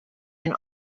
can